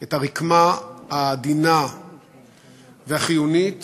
את הרקמה העדינה והחיונית